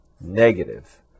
negative